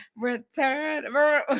return